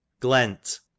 Glent